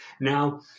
Now